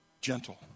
Gentle